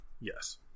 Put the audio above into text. Yes